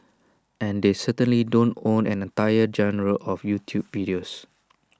and they certainly don't own an entire genre of YouTube videos